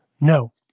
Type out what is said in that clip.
No